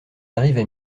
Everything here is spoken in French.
arrivent